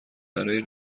برای